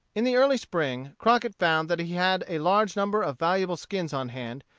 in the early spring, crockett found that he had a large number of valuable skins on hand,